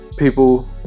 People